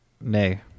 nay